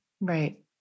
Right